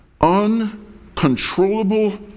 Uncontrollable